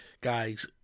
guys